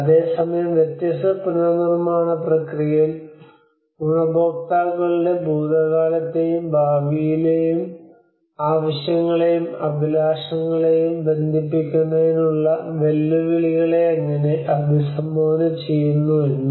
അതേസമയം വ്യത്യസ്ത പുനർനിർമ്മാണ പ്രക്രിയകൾ ഗുണഭോക്താക്കളുടെ ഭൂതകാലത്തെയും ഭാവിയിലെയും ആവശ്യങ്ങളെയും അഭിലാഷങ്ങളെയും ബന്ധിപ്പിക്കുന്നതിനുള്ള വെല്ലുവിളികളെ എങ്ങനെ അഭിസംബോധന ചെയ്യുന്നു എന്നും